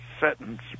sentence